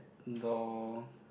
door